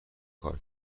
کار